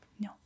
No